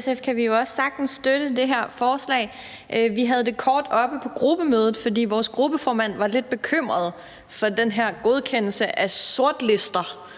SF kan vi også sagtens støtte det her forslag. Vi havde det kort oppe på gruppemødet, for vores gruppeformand var lidt bekymret for den her godkendelse af sortslister